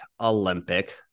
Olympic